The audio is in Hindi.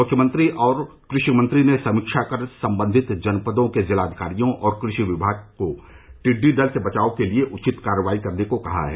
मुख्यमंत्री और कृषि मंत्री ने समीक्षा कर सम्बंधित जनपदों के जिलाधिकारियों और कृषि विभाग के अधिकारियों को टिड्डी दल से बचाव के लिए उचित कार्रवाई करने को कहा है